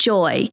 Joy